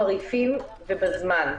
חריפים, ובזמן.